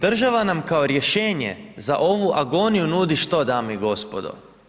Država nam kao rješenje za ovu agoniju nudi što dame i gospodo?